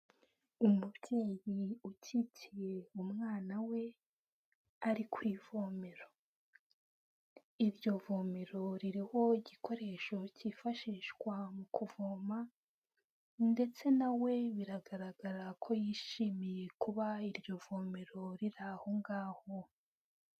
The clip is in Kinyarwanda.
Umubyeyi ukikiye umwana we, ari ku ivomero, iryo vomero ririho igikoresho kifashishwa mu kuvoma ndetse na we biragaragara ko yishimiye kuba iryo vomero riri aho ngaho.